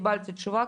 קיבלתי מהם תשובה,